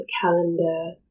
calendar